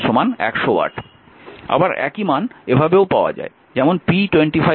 আবার একই মান এভাবেও পাওয়া যায়